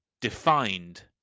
Defined